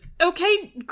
okay